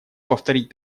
повторить